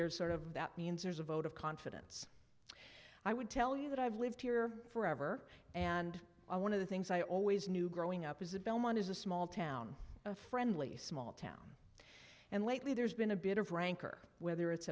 there's sort of that means there's a vote of confidence i would tell you that i've lived here forever and one of the things i always knew growing up as a belmont is a small town a friendly small town and lately there's been a bit of rancor whether it's